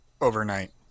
overnight